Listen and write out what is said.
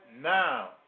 now